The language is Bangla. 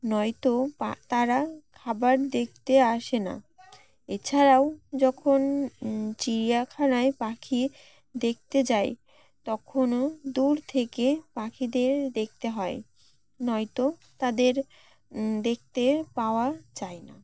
নয়তো পা তারা খাবার দেখতে আসে না এছাড়াও যখন চিড়িয়াখানায় পাখি দেখতে যায় তখনও দূর থেকে পাখিদের দেখতে হয় নয়তো তাদের দেখতে পাওয়া যায় না